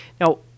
Now